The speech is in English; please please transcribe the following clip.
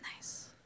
Nice